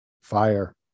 fire